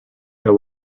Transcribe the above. that